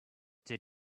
did